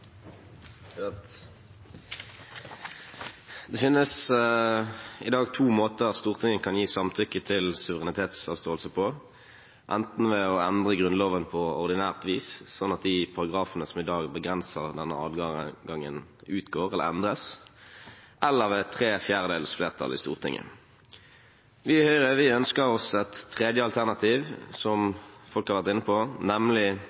Det finnes i dag to måter Stortinget kan gi samtykke til suverenitetsavståelse på, enten ved å endre Grunnloven på ordinært vis, slik at de paragrafene som i dag begrenser denne adgangen, utgår eller endres, eller ved tre fjerdedels flertall i Stortinget. Vi i Høyre ønsker oss et tredje alternativ, som man har vært inne på, nemlig